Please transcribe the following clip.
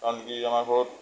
কাৰণ কি আমাৰ ঘৰত